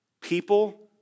people